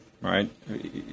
right